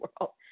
world